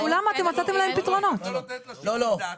מצאתם פתרונות לכולם.